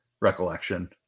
recollection